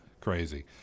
Crazy